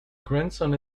grandson